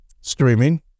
streaming